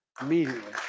immediately